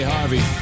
Harvey